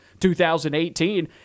2018